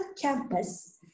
campus